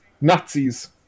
Nazis